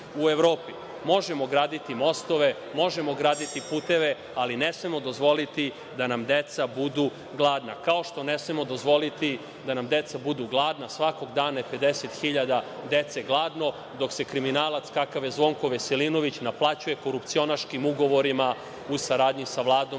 u Evropi. Možemo graditi mostove, možemo graditi puteve, ali ne smemo dozvoliti da nam deca budu gladna, kao što ne smemo dozvoliti da nam deca budu gladna svakog dana, a svakog dana je 50.000 dece gladno, dok se kriminalac kakav je Zvonko Veselinović, naplaćuje korupcionarskim ugovorima u saradnji sa Vladom